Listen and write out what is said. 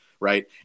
Right